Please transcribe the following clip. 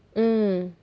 mm